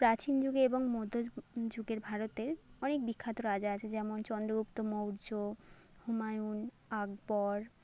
প্রাচীনযুগে এবং মধ্যযুগের ভারতে অনেক বিখ্যাত রাজা আছে যেমন চন্দ্রগুপ্ত মৌর্য হুমায়ুন আকবর